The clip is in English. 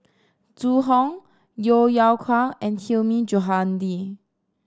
Zhu Hong Yeo Yeow Kwang and Hilmi Johandi